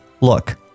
look